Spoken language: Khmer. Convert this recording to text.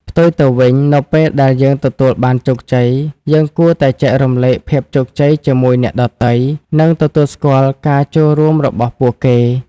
ផ្ទុយទៅវិញ នៅពេលដែលយើងទទួលបានជោគជ័យ យើងគួរតែចែករំលែកភាពជោគជ័យជាមួយអ្នកដទៃ និងទទួលស្គាល់ការចូលរួមរបស់ពួកគេ។